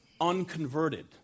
Unconverted